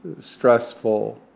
stressful